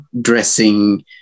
dressing